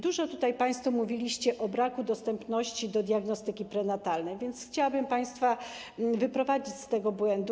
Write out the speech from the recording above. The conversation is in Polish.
Dużo tutaj państwo mówiliście o braku dostępności diagnostyki prenatalnej, więc chciałabym państwa wyprowadzić z tego błędu.